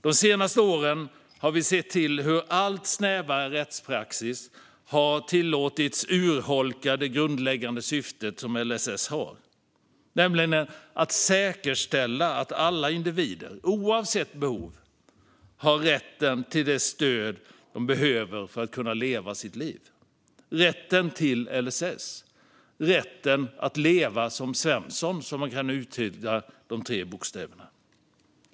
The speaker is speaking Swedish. De senaste åren har vi sett hur allt snävare rättspraxis tillåtits urholka det grundläggande syfte som LSS har, nämligen att säkerställa att alla individer, oavsett behov, har rätt till det stöd de behöver för att kunna leva sina liv. Rätten till LSS. Rätten att leva som Svensson, som man kan uttyda de tre bokstäverna.